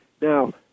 Now